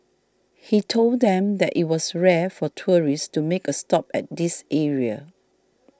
he told them that it was rare for tourists to make a stop at this area